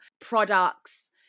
products